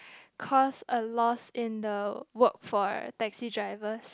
cost a loss in the work for taxi drivers